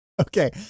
Okay